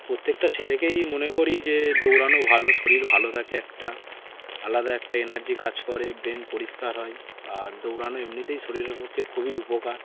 প্রত্যেকটা ছেলেকেই মনে করি যে দৌড়ানো ভালো শরীর ভালো থাকে একটা আলাদা একটা এনার্জি কাজ করে ব্রেইন পরিষ্কার হয় আর দৌড়ানো এমনিতেই শরীরের পক্ষে খুবই উপকার